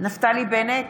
נפתלי בנט,